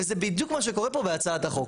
וזה בדיוק מה שקורה פה בהצעת החוק.